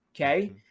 okay